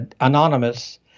anonymous